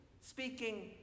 speaking